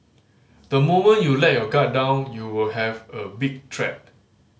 the moment you let your guard down you will have a big threat